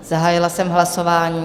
Zahájila jsem hlasování.